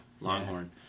Longhorn